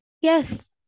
Yes